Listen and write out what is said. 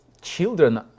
children